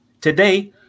today